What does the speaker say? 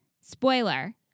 Spoiler